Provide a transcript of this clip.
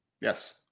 Yes